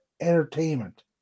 entertainment